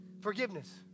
forgiveness